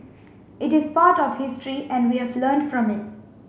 it is part of history and we have learned from it